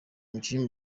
umukinnyi